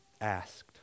asked